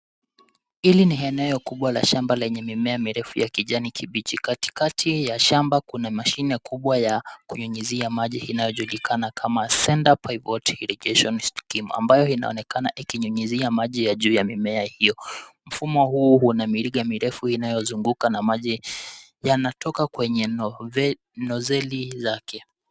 Hili ni eneo kubwa la shamba lenye mimea mirefu ya kijani kibichi katikati ya shamba. Kuna mashine kubwa ya kunyunyizia maji inayofanya kazi kama Center Pivot Irrigation Scheme, ambayo inaonekana ikinyunyizia maji ya juu ya mimea hiyo. Mfumo huu una mirija mirefu inayozunguka, na maji yanatoka kwenye nozeli zake.